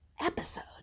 episode